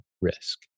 risk